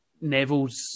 Neville's